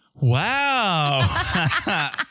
Wow